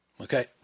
Okay